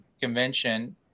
convention